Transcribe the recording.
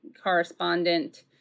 correspondent